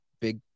big